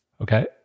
Okay